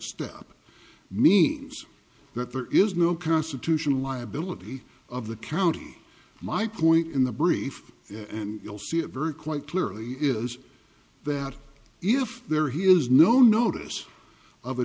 step means that there is no constitutional liability of the county my point in the brief and you'll see it very quite clearly is that if there here is no notice of a